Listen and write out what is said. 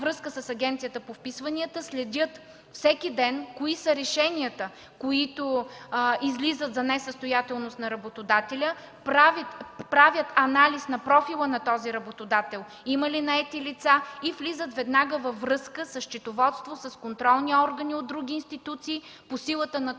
връзка с Агенцията по вписванията следят всеки ден кои са решенията, които излизат за несъстоятелност на работодателя, правят анализ на профила на този работодател има ли наети лица, и влизат веднага във връзка със счетоводство, с контролни органи от други институции, по силата на